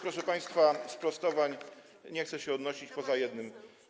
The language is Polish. Proszę państwa, do tych sprostowań nie chcę się odnosić, poza jednym.